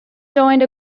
joined